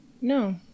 no